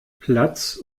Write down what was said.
platz